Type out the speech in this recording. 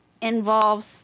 involves